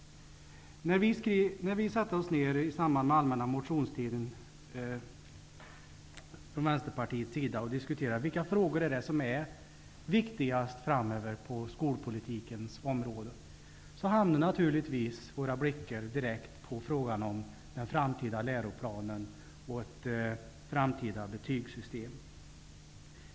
När vi i Vänsterpartiet i samband med allmänna motionstiden satte oss ner och diskuterade vilka frågor det var som är viktigast framöver på skolpolitikens område, hamnade naturligtvis våra blickar direkt på frågan om den framtida läroplanen och ett framtida betygssystem.